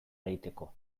ereiteko